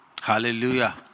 Hallelujah